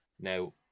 Now